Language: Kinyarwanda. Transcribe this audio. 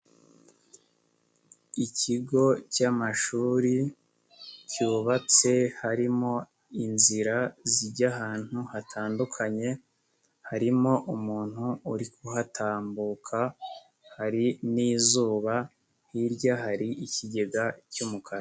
Ikigo cy'amashuri cyubatse harimo inzira zijya ahantu hatandukanye, harimo umuntu uri kuhatambuka hari n'izuba, hirya hari ikigega cy'umukara.